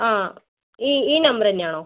ആ ഈ ഈ നമ്പർ തന്നെയാണോ